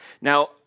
Now